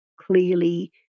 clearly